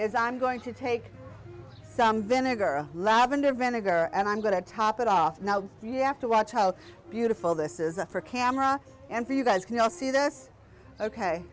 is i'm going to take some vinegar lavender vinegar and i'm going to top it off now so you have to watch how beautiful this is a for camera and for you guys can all see this ok